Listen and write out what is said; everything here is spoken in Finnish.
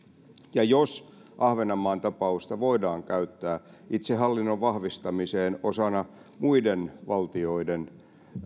ja jos ahvenanmaan tapausta voidaan käyttää itsehallinnon vahvistamiseen osana muiden valtioiden